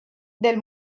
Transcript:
del